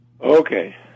Okay